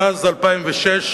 מאז 2006,